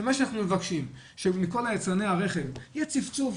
שמה שאנחנו מבקשים מכל יצרני הרכב שיהיה צפצוף,